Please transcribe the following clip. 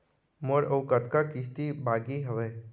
मोर अऊ कतका किसती बाकी हवय?